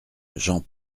j’en